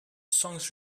songs